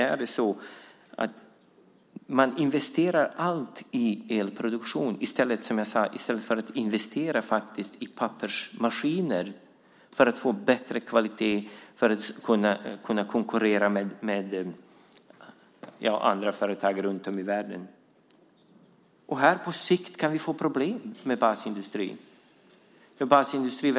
Allt investeras i elproduktion i stället för att man investerar i pappersmaskiner för att konkurrera med andra företag runt om i världen med hjälp av bättre kvalitet. På sikt kan det bli problem för basindustrin.